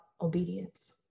obedience